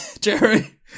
Jerry